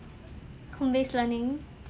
home based learning